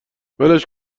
ولش